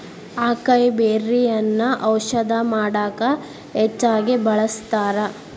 ಅಕೈಬೆರ್ರಿಯನ್ನಾ ಔಷಧ ಮಾಡಕ ಹೆಚ್ಚಾಗಿ ಬಳ್ಸತಾರ